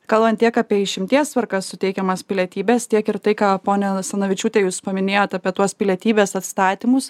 kalbant tiek apie išimties tvarka suteikiamas pilietybes tiek ir tai ką ponia asanavičiūte jūs paminėjot apie tuos pilietybės atstatymus